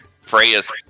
Freya's